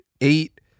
eight